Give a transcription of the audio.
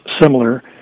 similar